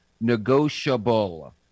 negotiable